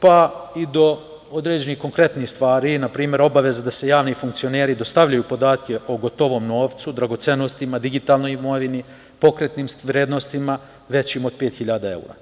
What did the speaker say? pa i do određenih konkretnih stvari, npr. obaveze da javni funkcioneri dostavljaju podatke o gotovom novcu, dragocenostima, digitalnoj imovini, pokretnim vrednostima većim od 5.000 evra.